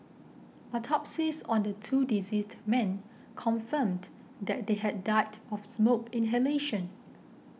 autopsies on the two deceased men confirmed that they had died of smoke inhalation